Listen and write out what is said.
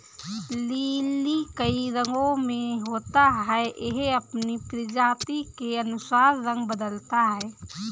lily कई रंगो में होता है, यह अपनी प्रजाति के अनुसार रंग बदलता है